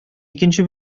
икенче